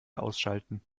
ausschalten